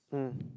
hmm